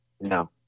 no